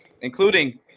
including